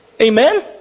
Amen